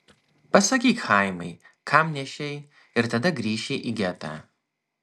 pasakyk chaimai kam nešei ir tada grįši į getą